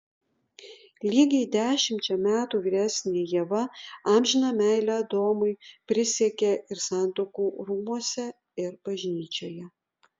lygiai dešimčia metų vyresnė ieva amžiną meilę adomui prisiekė ir santuokų rūmuose ir bažnyčioje